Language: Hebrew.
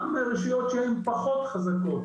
גם רשויות שהן פחות חזקות.